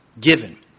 given